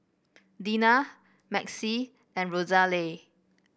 Dina Maxie and Rosalie